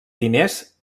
diners